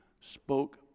spoke